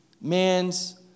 man's